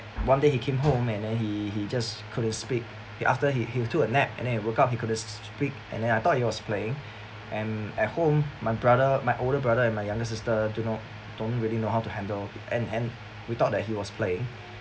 one day he came home and then he he just couldn't speak he after he he took a nap and then he woke up he couldn't speak and then I thought he was playing and at home my brother my older brother and my younger sister do not don't really know how to handle and and we thought that he was playing